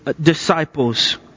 disciples